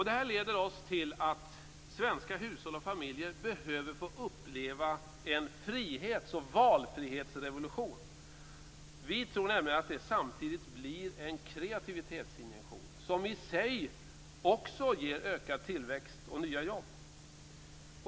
Detta leder oss till att svenska hushåll och familjer behöver få uppleva en frihets och valfrihetsrevolution. Vi tror nämligen att det samtidigt blir en kreativitetsinjektion som i sig också ger ökad tillväxt och nya jobb.